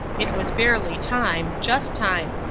it was barely time, just time.